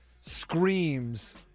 screams